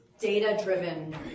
data-driven